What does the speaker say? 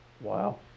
Wow